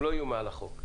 הם לא יהיו מעל החוק.